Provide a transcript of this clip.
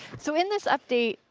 so in this update,